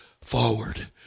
forward